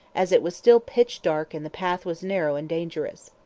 as it was still pitch-dark and the path was narrow and dangerous.